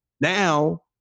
Now